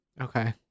Okay